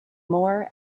more